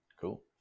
Cool